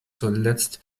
zuletzt